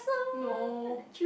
no